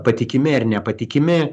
patikimi ar nepatikimi